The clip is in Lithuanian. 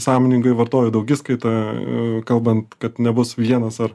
sąmoningai vartoju daugiskaitą kalbant kad nebus vienas ar